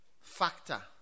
factor